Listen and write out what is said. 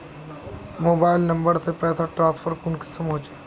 Mobile number से पैसा transfer कुंसम होचे?